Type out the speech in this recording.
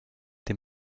dem